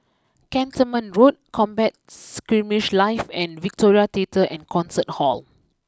Cantonment Road Combat Skirmish Live and Victoria Theatre and Concert Hall